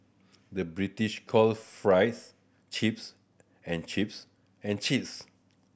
the British call fries chips and chips and cheese